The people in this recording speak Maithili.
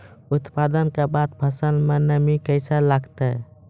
उत्पादन के बाद फसल मे नमी कैसे लगता हैं?